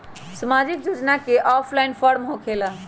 समाजिक योजना offline form होकेला?